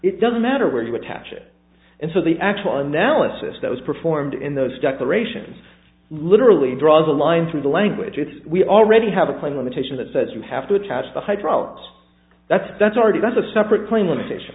it doesn't matter where you attach it and so the actual analysis that was performed in those declarations literally draws a line from the language if we already have a plane limitation that says you have to attach the hydraulics that's that's already that's a separate plane limitation